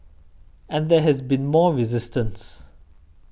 and there has been more resistance